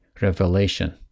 revelation